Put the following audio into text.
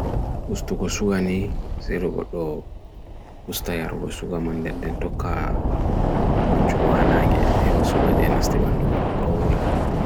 ustu gosuga ni se ro bolo ustaya ro gosuga mandendend to ka wanchu bohanange, hewa suga jenas tibandu bolo paula.